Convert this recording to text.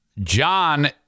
John